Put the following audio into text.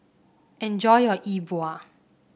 enjoy your E Bua